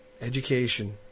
Education